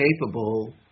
capable